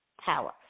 power